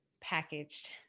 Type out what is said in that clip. packaged